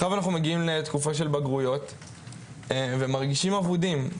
עכשיו אנחנו מגיעים לתקופה של בגרויות ומרגישים אבודים.